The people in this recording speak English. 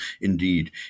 indeed